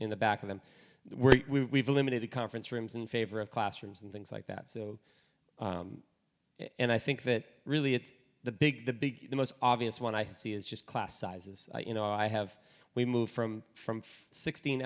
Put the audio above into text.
in the back of them were we eliminated conference rooms in favor of classrooms and things like that so and i think that really it's the big the big the most obvious one i see is just class sizes you know i have we move from from sixteen